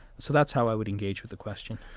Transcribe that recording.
so that's how i would engage with the question.